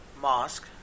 mosque